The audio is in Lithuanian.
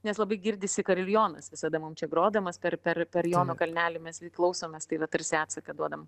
nes labai girdisi kariljonas visada mum čia grodamas per per per jono kalnelį mes klausomės tai va tarsi atsaką duodam